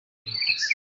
demokarasi